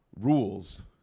Rules